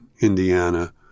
Indiana